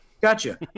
gotcha